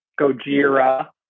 Gojira